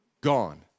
gone